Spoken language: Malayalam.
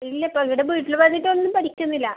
ഇല്ലപ്പാ ഇവിടെ വീട്ടിൽ വന്നിട്ട് ഒന്നും പഠിക്കുന്നില്ല